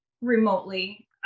remotely